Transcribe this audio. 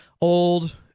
old